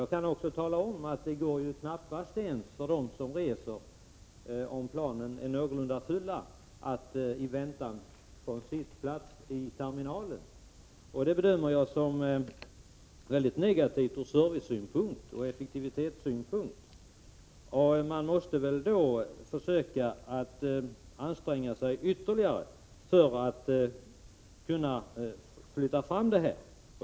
Jag kan nämna att resenärerna, när de på grund av fullbelagda plan tvingas vänta, knappast ens kan få en sittplats i terminalen. Det bedömer jag som mycket negativt från serviceoch effektivitetssynpunkt. Mot den bakgrunden måste man försöka anstränga sig ytterligare för att påskynda utbyggnaden.